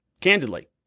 candidly